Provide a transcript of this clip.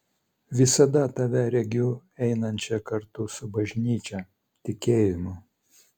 visada tave regiu einančią kartu su bažnyčia tikėjimu